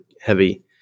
heavy